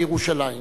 על ירושלים.